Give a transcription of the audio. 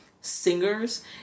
singers